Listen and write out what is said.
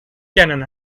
kennen